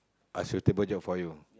a suitable job for you